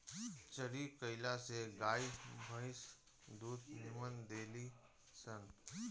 चरी कईला से गाई भंईस दूध निमन देली सन